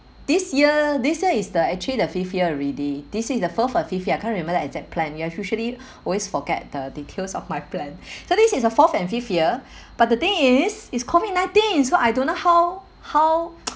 this year this year is the actually the fifth year already this is the fourth or fifth year I can't remember the exact plan ya usually always forget the details of my plan so this is a fourth and fifth year but the thing is it's COVID nineteen so I don't know how how